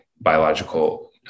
biological